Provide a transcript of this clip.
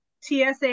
TSA